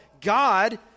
God